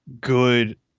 good